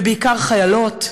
ובעיקר חיילות,